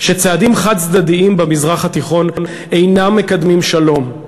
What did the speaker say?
שצעדים חד-צדדיים במזרח התיכון אינם מקדמים שלום.